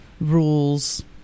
rules